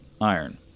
iron